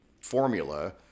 formula